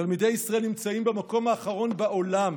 תלמידי ישראל נמצאים במקום האחרון בעולם